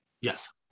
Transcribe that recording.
Yes